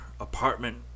apartment